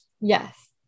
Yes